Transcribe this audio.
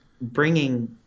bringing